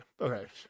okay